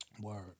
Word